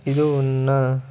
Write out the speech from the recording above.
ಇದು ನ್ನಾ